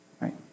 right